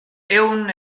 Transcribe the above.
ehun